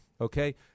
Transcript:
Okay